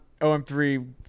OM3